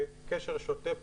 אנחנו בקשר שוטף ורציף.